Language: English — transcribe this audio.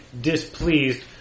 displeased